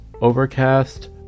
Overcast